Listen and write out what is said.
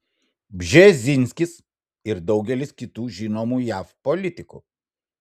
bžezinskis ir daugelis kitų žinomų jav politikų